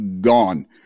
gone